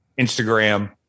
Instagram